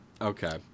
okay